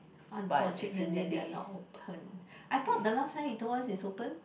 unfortunately they are not open I thought the last time you told us is open